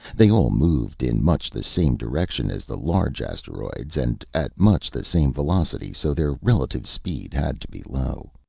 they all moved in much the same direction as the large asteroids, and at much the same velocity so their relative speed had to be low.